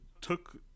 took